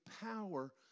power